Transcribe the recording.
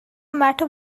matter